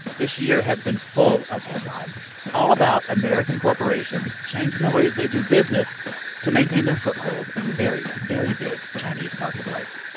this year has been full of headlines all about american corporations changing the ways they do business to maintain their foothold in the very, very big chinese marketplace.